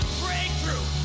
breakthrough